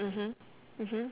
mmhmm mmhmm